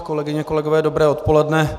Kolegyně, kolegové, dobré odpoledne.